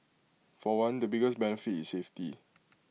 for one the biggest benefit is safety